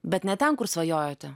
bet ne ten kur svajojate